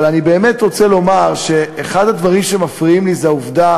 אבל אני באמת רוצה לומר שאחד הדברים שמפריעים לי הוא העובדה